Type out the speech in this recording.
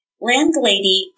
Landlady